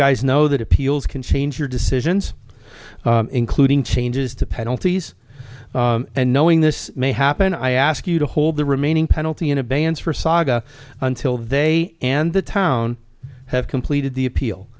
guys know that appeals can change your decisions including changes to penalties and knowing this may happen i ask you to hold the remaining penalty in abeyance for saga until they and the town have completed the appeal